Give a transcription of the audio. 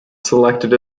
selected